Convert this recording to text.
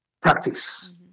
practice